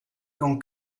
con